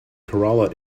kerala